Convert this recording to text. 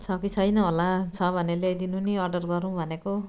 छ कि छैन होला छ भने ल्याइदिनु नि अर्डर गरौँ भनेको